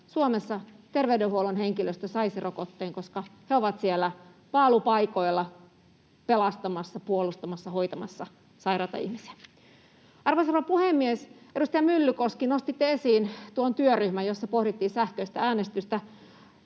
Suomessa terveydenhuollon henkilöstö saisi rokotteen, koska he ovat siellä paalupaikoilla pelastamassa, puolustamassa, hoitamassa sairaita ihmisiä. Arvoisa rouva puhemies! Edustaja Myllykoski, nostitte esiin tuon työryhmän, jossa pohdittiin sähköistä äänestystä.